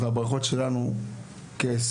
והברכות שלנו כסיעה,